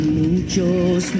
muchos